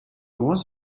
was